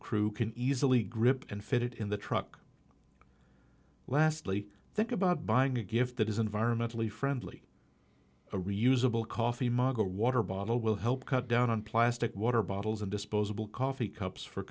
crew can easily grip and fit it in the truck lastly think about buying a gift that is environmentally friendly a reusable coffee mug a water bottle will help cut down on plastic water bottles and disposable coffee cups for